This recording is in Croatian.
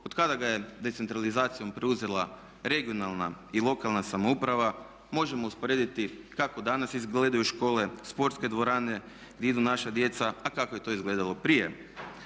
od kada je ga decentralizacijom preuzela regionalna i lokalna samouprava možemo usporediti kako danas izgledaju škole, sportske dvorane gdje idu naša djeca a kako je to izgledalo prije.